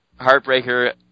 heartbreaker